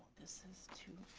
this is two.